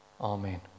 Amen